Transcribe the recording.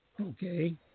Okay